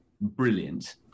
brilliant